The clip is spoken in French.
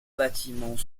bâtiments